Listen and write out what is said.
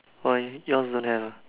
why yours don't have